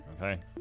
Okay